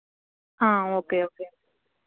ആ okay okay